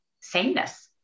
sameness